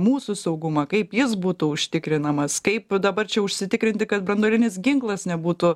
mūsų saugumą kaip jis būtų užtikrinamas kaip dabar čia užsitikrinti kad branduolinis ginklas nebūtų